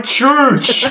church